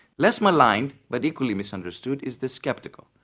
less maligned but equally misunderstand is the sceptical,